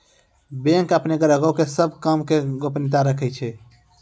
bank अपनो ग्राहको के सभ काम के गोपनीयता राखै छै